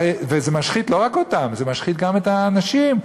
זה משחית לא רק אותם, זה משחית גם את האנשים.